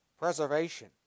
preservation